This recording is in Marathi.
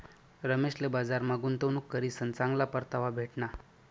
रमेशले बजारमा गुंतवणूक करीसन चांगला परतावा भेटना